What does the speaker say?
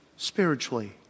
Spiritually